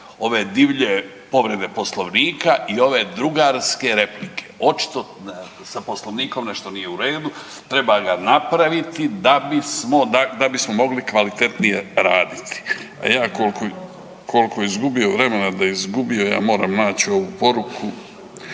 ove divlje povrede Poslovnika i ove drugarske replike. Očito sa Poslovnikom nešto nije u redu, treba ga napraviti da bismo mogli kvalitetnije raditi, a ja koliko izgubio vremena da izgubio ja moram naći ovu poruku.